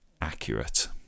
accurate